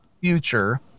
future